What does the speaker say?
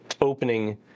opening